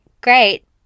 great